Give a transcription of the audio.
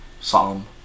psalm